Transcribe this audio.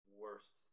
worst